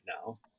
now